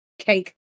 cake